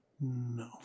No